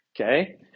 Okay